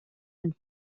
and